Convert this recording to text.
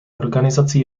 organizaci